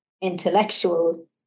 intellectual